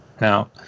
Now